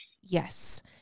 Yes